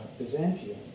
Byzantium